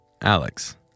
Alex